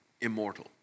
immortal